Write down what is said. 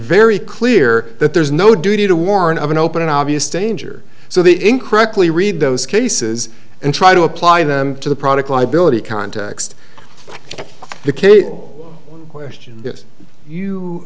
very clear that there's no duty to warn of an open obvious danger so the incredibly read those cases and try to apply them to the product liability context the key question is you